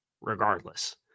regardless